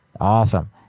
Awesome